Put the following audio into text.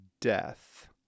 death